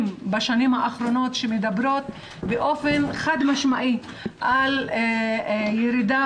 בשנים האחרונות שמדברים באופן חד משמעי על ירידה